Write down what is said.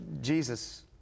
Jesus